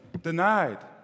denied